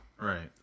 Right